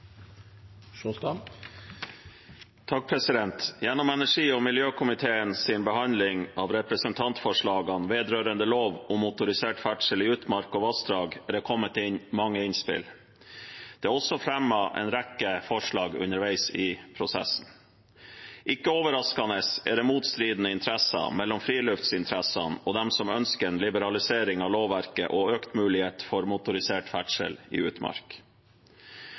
Gjennom energi- og miljøkomiteens behandling av representantforslagene vedrørende lov om motorisert ferdsel i utmark og vassdrag er det kommet inn mange innspill. Det er også fremmet en rekke forslag underveis i prosessen. Ikke overraskende er det motstridende interesser mellom friluftsinteressene og dem som ønsker en liberalisering av lovverket og økt mulighet for motorisert ferdsel i utmark.